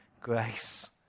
grace